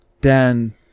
dan